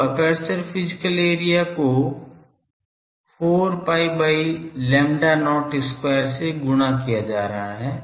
तो aperture physical area को 4 pi by lambda not square से गुणा किया जा रहा है